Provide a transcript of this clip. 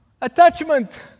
attachment